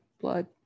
blood